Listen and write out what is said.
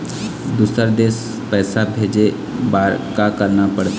दुसर देश पैसा भेजे बार का करना पड़ते?